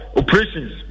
operations